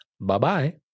Bye-bye